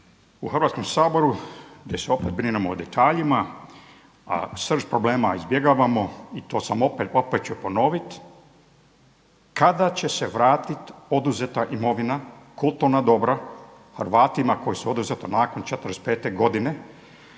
u Hrvatskom saboru gdje se opet brinemo o detaljima, a srž problema izbjegavamo i to ću opet ponoviti kada će se vratit oduzeta imovina, kulturna dobra Hrvatima kojima su oduzeti nakon '45. godine.